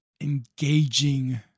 engaging